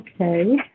okay